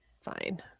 Fine